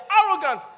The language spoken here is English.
arrogant